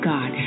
God